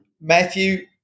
Matthew